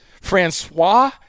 Francois